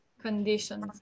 conditions